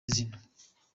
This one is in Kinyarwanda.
izina